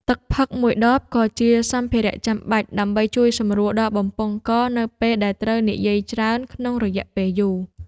ទឹកផឹកមួយដបក៏ជាសម្ភារៈចាំបាច់ ដើម្បីជួយសម្រួលដល់បំពង់កនៅពេលដែលត្រូវនិយាយច្រើនក្នុងរយៈពេលយូរ។